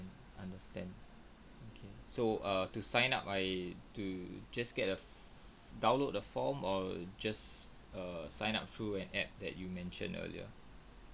understand okay so err to sign up I do just get the f~ download the form or just err sign up through an app that you mentioned earlier